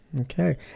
Okay